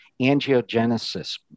angiogenesis